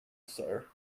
sir